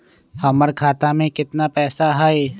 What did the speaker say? हमर खाता में केतना पैसा हई?